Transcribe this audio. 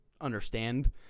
understand